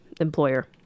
employer